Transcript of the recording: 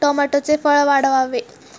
टोमॅटोचे फळ वाढावे यासाठी काय करावे?